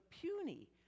puny